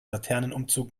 laternenumzug